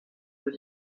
deux